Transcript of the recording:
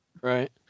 Right